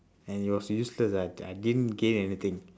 and it was really stressed I I didn't gain anything